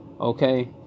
okay